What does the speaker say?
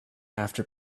after